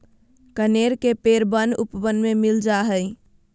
कनेर के पेड़ वन उपवन में मिल जा हई